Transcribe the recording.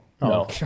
no